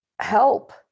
help